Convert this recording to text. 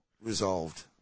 resolved